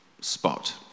spot